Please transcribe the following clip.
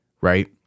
right